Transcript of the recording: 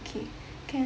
okay can